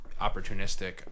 opportunistic